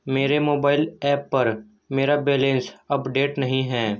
मेरे mobile app पर मेरा बैलेंस अपडेट नहीं है